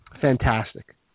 Fantastic